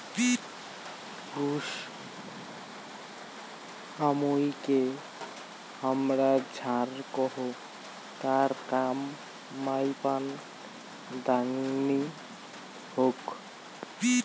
পুরুছ আমুইকে হামরা ষাঁড় কহু তার কাম মাইপান দংনি হোক